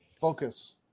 Focus